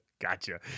Gotcha